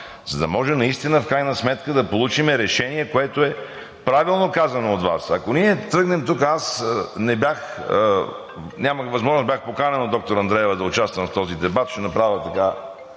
за да може наистина в крайна сметка да получим решение, което е правилно казано от Вас. Ако ние тук тръгнем – аз не бях, нямах възможност, а бях поканен от доктор Андреева да участвам в дебата – ще направя